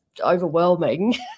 overwhelming